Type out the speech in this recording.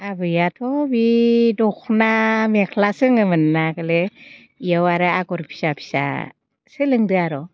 आबैयाथ' बे दखना मेख्ला सोङोमोनना आगोलो बेयाव आरो आगर फिसा फिसा सोलोंदों आरो